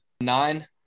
Nine